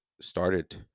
started